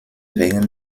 wegen